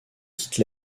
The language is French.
quitte